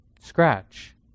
scratch